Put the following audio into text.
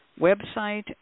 website